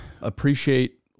appreciate